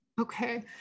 okay